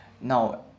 now